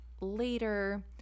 later